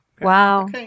Wow